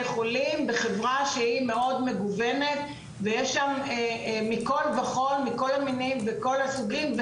חולים בחברה שהיא מאוד מגוונת ויש שם מכל וכול מכל המינים ומכל הסוגים,